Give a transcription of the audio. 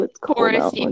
chorus